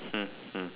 hmm hmm